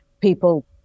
people